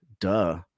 Duh